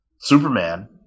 Superman